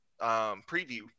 preview